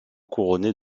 couronnés